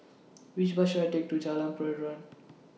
Which Bus should I Take to Jalan Peradun